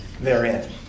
therein